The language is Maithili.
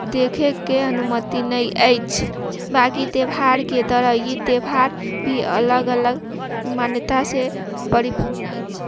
देखयके अनुमति नहि अछि बाँकि त्यौहारके तरह ई त्यौहार भी अलग अलग मान्यता से परिपूर्ण अछि